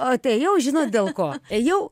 ot ėjau žinot dėl ko ėjau